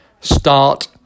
start